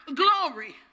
glory